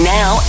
now